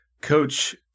Coach